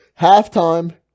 Halftime